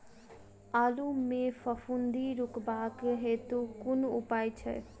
आलु मे फफूंदी रुकबाक हेतु कुन उपाय छै?